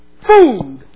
Food